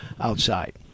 outside